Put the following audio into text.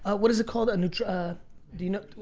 ah what is it called and ah do you know?